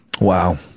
Wow